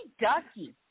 Ducky